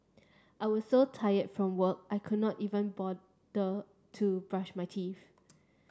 I was so tired from work I could not even bother to brush my teeth